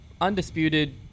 undisputed